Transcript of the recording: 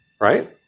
Right